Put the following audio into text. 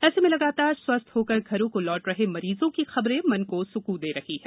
ऐसे में लगातार स्वस्थ होकर घरों को लौट रहे मरीजों की खबरें मन को स्कून दे रही है